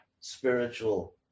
spiritual